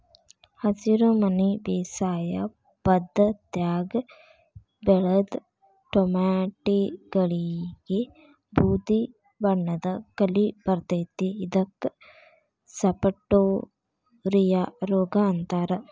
ಹಸಿರುಮನಿ ಬೇಸಾಯ ಪದ್ಧತ್ಯಾಗ ಬೆಳದ ಟೊಮ್ಯಾಟಿಗಳಿಗೆ ಬೂದಿಬಣ್ಣದ ಕಲಿ ಬರ್ತೇತಿ ಇದಕ್ಕ ಸಪಟೋರಿಯಾ ರೋಗ ಅಂತಾರ